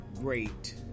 great